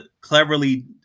cleverly